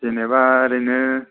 जेन'बा ओरैनो